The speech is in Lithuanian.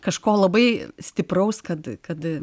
kažko labai stipraus kad kad